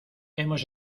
hemos